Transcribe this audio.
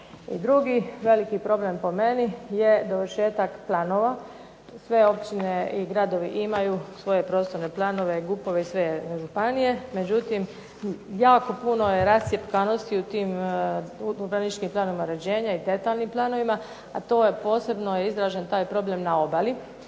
drugi veliki problem po meni, je dovršetak planova. Sve općine i gradovi imaju svoje prostorne planove, GUP-ovi i sve županije. Međutim, jako puno je rascjepkanosti u tim urbanističkim planovima uređenja i detaljnim planovima. A taj problem je posebno izražen na obali.